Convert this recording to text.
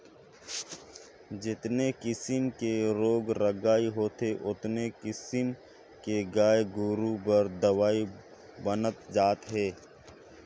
जेतने किसम के रोग राई होथे ओतने किसम के गाय गोरु बर दवई बनत जात हे